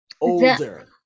older